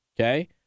okay